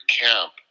camp